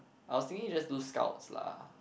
I was thinking just do scouts lah